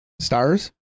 Stars